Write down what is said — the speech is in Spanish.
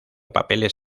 papeles